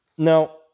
Now